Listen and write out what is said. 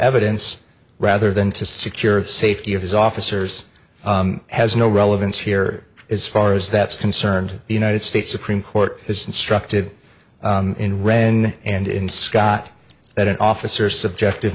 evidence rather than to secure the safety of his officers has no relevance here is far as that's concerned the united states supreme court has instructed in ren and in scott that an officer subjective